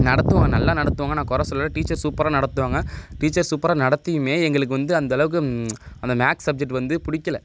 நடத்துவாங்க நல்லா நடத்துவாங்க நான் குற சொல்லலை டீச்சர் சூப்பராக நடத்துவாங்க டீச்சர் சூப்பராக நடத்தியுமே எங்களுக்கு வந்து அந்த அளவுக்கு அந்த மேக்ஸ் சப்ஜெக்ட் வந்து பிடிக்கில